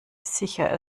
sicher